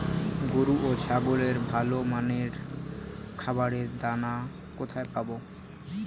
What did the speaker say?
গরু ও ছাগলের ভালো মানের খাবারের দানা কোথায় পাবো?